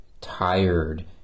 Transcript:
tired